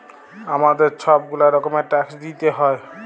আমাদের ছব গুলা রকমের ট্যাক্স দিইতে হ্যয়